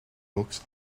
books